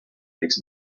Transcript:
makes